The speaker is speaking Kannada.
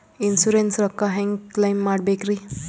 ಇನ್ಸೂರೆನ್ಸ್ ರೊಕ್ಕ ಹೆಂಗ ಕ್ಲೈಮ ಮಾಡ್ಬೇಕ್ರಿ?